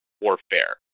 warfare